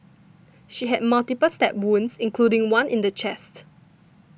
she had multiple stab wounds including one in the chest